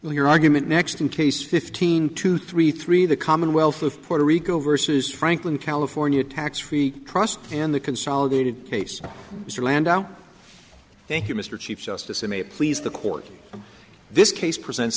your argument next in case fifteen two three three the commonwealth of puerto rico versus franklin california tax free trust in the consolidated case of mr landau thank you mr chief justice i may please the court of this case present